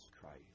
Christ